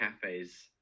cafes